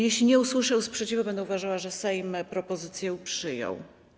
Jeżeli nie usłyszę sprzeciwu, będę uważała, że Sejm propozycję przyjął.